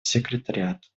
секретариат